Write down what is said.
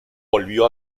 volvió